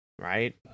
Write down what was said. Right